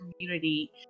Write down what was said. community